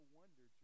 wonder